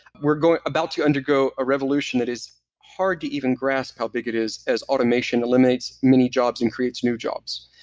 we're about to undergo a revolution that is hard to even grasp how big it is as automation eliminates many jobs and creates new jobs.